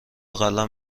قلم